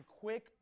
quick